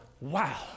wow